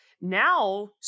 Now